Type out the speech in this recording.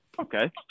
Okay